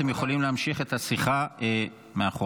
אתם יכולים להמשיך את השיחה מאחור.